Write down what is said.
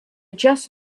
just